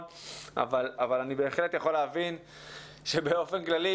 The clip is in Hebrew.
אבל אני בהחלט יכול להבין שבאופן כללי